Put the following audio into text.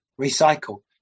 recycle